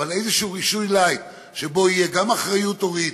אבל איזשהו רישוי-לייט שבו תהיה גם אחריות הורית,